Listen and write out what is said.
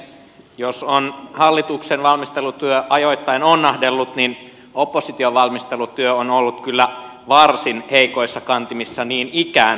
jos on hallituksen valmistelutyö ajoittain onnahdellut niin opposition valmistelutyö on ollut kyllä varsin heikoissa kantimissa niin ikään